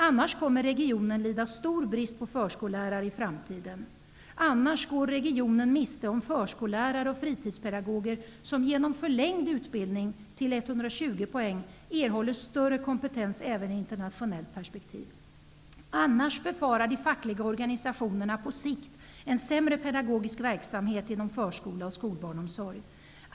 Annars kommer regionen att lida stor brist på förskollärare i framtiden. Annars går regionen miste om förskollärare och fritidspedagoger som genom förlängd utbildning till 120 poäng erhåller större kompetens även i internationellt perspektiv. Annars befarar de fackliga organisationerna på sikt en sämre pedagogisk verksamhet inom förskola och skolbarnomsorg.